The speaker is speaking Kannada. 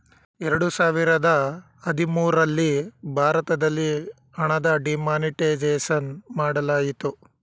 ಎರಡು ಸಾವಿರದ ಹದಿಮೂರಲ್ಲಿ ಭಾರತದಲ್ಲಿ ಹಣದ ಡಿಮಾನಿಟೈಸೇಷನ್ ಮಾಡಲಾಯಿತು